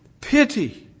pity